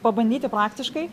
pabandyti praktiškai